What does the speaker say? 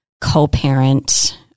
co-parent